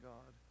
God